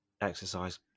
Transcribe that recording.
exercise